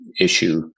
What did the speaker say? issue